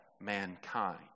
mankind